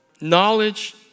knowledge